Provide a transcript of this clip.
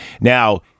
now